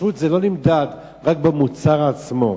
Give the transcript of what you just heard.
כשרות לא נמדדת רק במוצר עצמו,